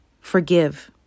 forgive